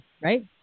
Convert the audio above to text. right